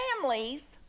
families